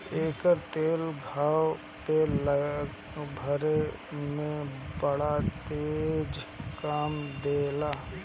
एकर तेल घाव के भरे में बड़ा तेज काम देला